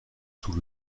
sous